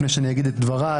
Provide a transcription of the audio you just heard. לפני שאני אגיד את דבריי.